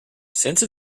since